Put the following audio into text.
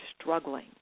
struggling